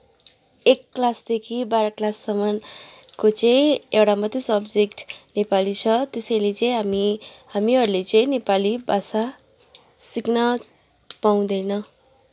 एक क्लासदेखि बाह्र क्लाससम्मको चाहिँ एउटा मात्रै सब्जेक्ट नेपाली छ त्यसैले चाहिँ हामी हामीहरूले चाहिँ नेपाली भाषा सिक्न पाउँदैन